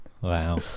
Wow